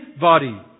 body